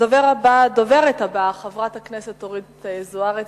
הדוברת הבאה, חברת הכנסת אורית זוארץ.